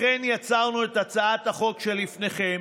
לכן יצרנו את הצעת החוק שלפניכם,